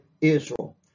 Israel